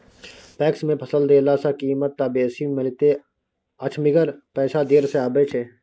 PACS मे फसल देला सॅ कीमत त बेसी मिलैत अछि मगर पैसा देर से आबय छै